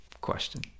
question